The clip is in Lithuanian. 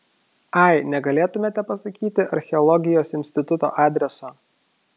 ai negalėtumėte pasakyti archeologijos instituto adreso